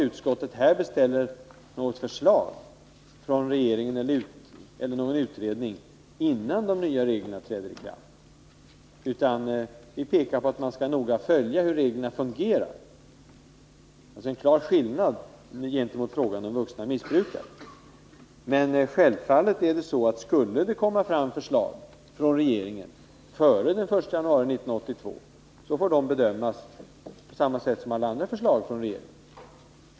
Utskottet beställer alltså inte något förslag från regeringen eller från någon utredning innan de nya reglerna träder i kraft, utan pekar på att man noga skall följa hur reglerna fungerar. Det är en klar skillnad gentemot vad som sägs när det gäller vuxna missbrukare. Självfallet är att om det skulle komma fram förslag från regeringen före den 1 januari 1982, så får de bedömas på samma sätt som alla andra förslag från regeringen.